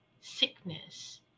sickness